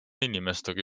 inimestega